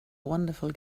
wonderful